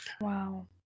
Wow